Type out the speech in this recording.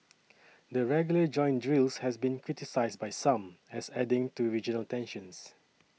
the regular joint drills has been criticised by some as adding to regional tensions